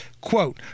quote